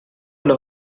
los